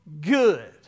good